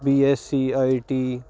B S E I T